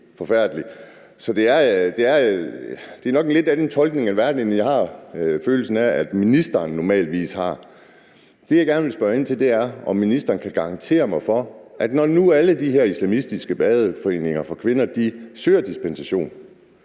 det er nok en lidt anden tolkning af verden, end jeg har følelsen af at ministeren normalvis har. Det, jeg gerne vil spørge ind til, er, om ministeren kan garantere mig for, at ministeren, når nu alle de her islamistiske badeforeninger for kvinder søger dispensation,